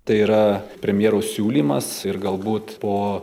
tai yra premjero siūlymas ir galbūt po